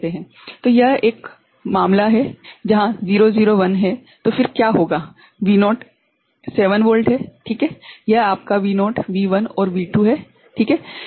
तो यह एक मामला है जहाँ 001 है तो फिर क्या होगा V0 7 वोल्ट है ठीक है यह आपका V0 V1 और V2 हैं ठीक है